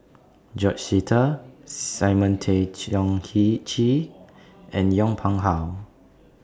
George Sita Simon Tay Seong Chee and Yong Pung How